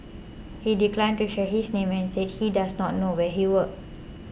he declined to share his name and said he does not know where he worked